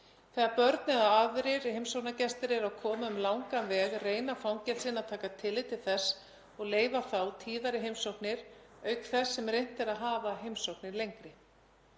Þegar börn eða aðrir heimsóknargestir koma um langan veg reyna fangelsin að taka tillit til þess og leyfa tíðari heimsóknir auk þess sem reynt er að hafa heimsóknir lengri.